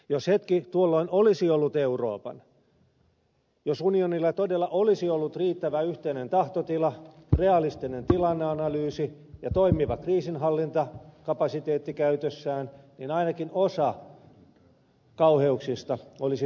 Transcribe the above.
jos hetki tuolloin olisi ollut euroopan jos unionilla todella olisi ollut riittävän yhtenäinen tahtotila realistinen tilanneanalyysi ja toimiva kriisinhallintakapasiteetti käytössään niin ainakin osa kauheuksista olisi vältetty